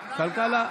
כלכלה.